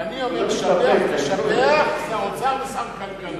ואני אומר: שבח תשבח שר אוצר ושר כלכלה.